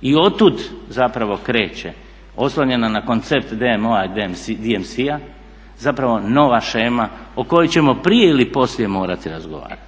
i od tud zapravo kreće oslonjena na koncept DMO i DMS-a zapravo nova shema o kojoj ćemo prije ili poslije morati razgovarati.